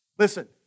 Listen